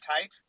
type